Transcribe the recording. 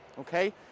okay